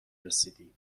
رسیدی